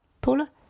Paula